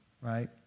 right